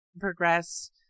progress